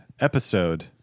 episode